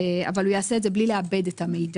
אבל הוא יעשה את זה בלי לעבד את המידע.